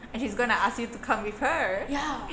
and she's going to ask you to come with her